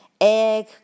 egg